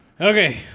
Okay